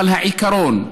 אבל העיקרון,